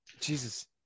Jesus